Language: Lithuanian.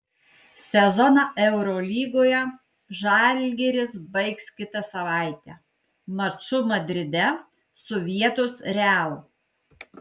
sezoną eurolygoje žalgiris baigs kitą savaitę maču madride su vietos real